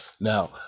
Now